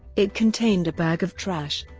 it contained a bag of trash,